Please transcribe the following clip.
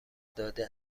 داده